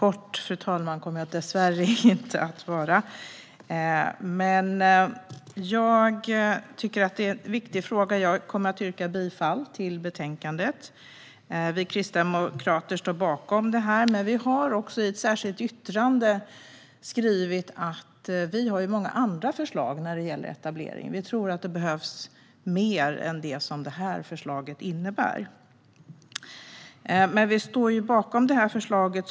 Och jag kommer att yrka bifall till förslaget i betänkandet. Vi kristdemokrater står bakom det här, men vi har också skrivit i ett särskilt yttrande att vi har många andra förslag när det gäller etablering. Vi tror att det behövs mer än det här förslaget innebär. Men vi står bakom förslaget.